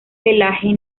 pelaje